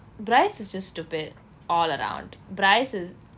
bryce is just stupid all around bryce is